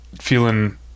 feeling